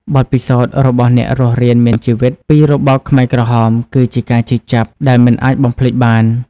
បទពិសោធន៍របស់អ្នករស់រានមានជីវិតពីរបបខ្មែរក្រហម គឺជាការឈឺចាប់ដែលមិនអាចបំភ្លេចបាន។